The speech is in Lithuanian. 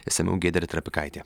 išsamiau giedrė trapikaitė